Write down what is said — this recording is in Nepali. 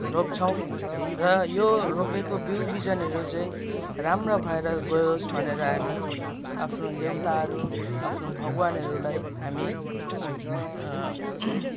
रोप्छौँ र यो रोपेको बिउ बिजनहरू चाहिँ राम्रा भएर गयोस् भनेर हामी आफ्नो देउताहरू आफ्नो भगवानहरूलाई हामी